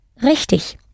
Richtig